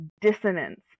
dissonance